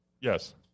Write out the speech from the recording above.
Yes